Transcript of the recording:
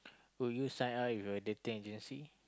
would you sign up with a dating agency